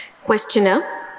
Questioner